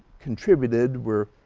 contributed were